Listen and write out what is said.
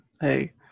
Hey